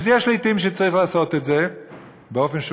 אז יש לעתים שצריך לעשות את זה באופן שהוא